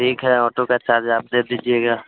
ठीक है ऑटो का चार्ज आप दे दीजिएगा